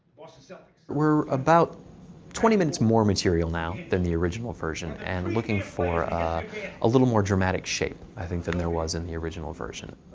and so we're about twenty minutes more material now than the original version, and looking for a, a little more dramatic shape, i think, than there was in the original version.